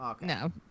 no